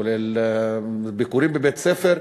כולל ביקורים בבתי-ספר,